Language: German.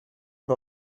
bei